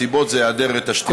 הסיבות זה היעדר תשתיות מתאימות,